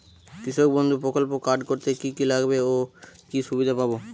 কৃষক বন্ধু প্রকল্প কার্ড করতে কি কি লাগবে ও কি সুবিধা পাব?